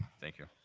thank you.